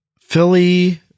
Philly